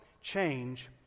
change